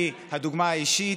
אני הדוגמה האישית,